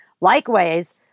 Likewise